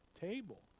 table